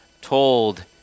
told